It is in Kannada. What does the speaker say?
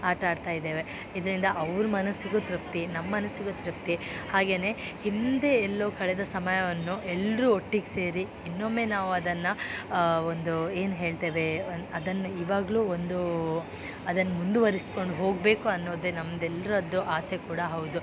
ಆಟ ಆಡ್ತಾಯಿದ್ದೇವೆ ಇದರಿಂದ ಅವ್ರ ಮನಸ್ಸಿಗೂ ತೃಪ್ತಿ ನಮ್ಮ ಮನಸ್ಸಿಗೂ ತೃಪ್ತಿ ಹಾಗೆಯೇ ಹಿಂದೆ ಎಲ್ಲೋ ಕಳೆದ ಸಮಯವನ್ನು ಎಲ್ರೂ ಒಟ್ಟಿಗೆ ಸೇರಿ ಇನ್ನೊಮ್ಮೆ ನಾವು ಅದನ್ನು ಒಂದು ಏನು ಹೇಳ್ತೇವೆ ಅನ ಅದನ್ನ ಇವಾಗಲೂ ಒಂದು ಅದನ್ನು ಮುಂದುವರಿಸ್ಕೊಂಡು ಹೋಗಬೇಕು ಅನ್ನೋದೆ ನಮ್ದು ಎಲರದ್ದು ಆಸೆ ಕೂಡ ಹೌದು